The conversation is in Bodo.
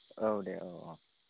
औ दे औ औ